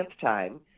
time